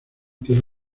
tiene